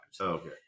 Okay